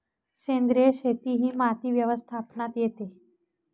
सेंद्रिय शेती ही माती व्यवस्थापनात येते